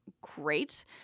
great